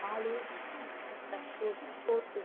நாலு plus four four two